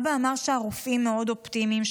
אבא אמר שהרופאים מאוד אופטימיים,